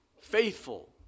faithful